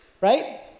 Right